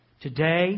Today